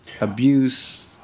abuse